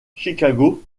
chicago